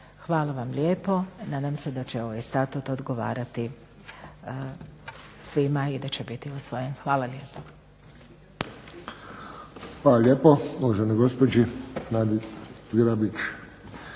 Hvala vam lijepo. Nadam se da će ovaj Statut odgovarati svima i da će biti usvojen. Hvala lijepo.